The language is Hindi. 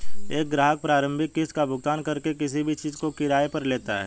एक ग्राहक प्रारंभिक किस्त का भुगतान करके किसी भी चीज़ को किराये पर लेता है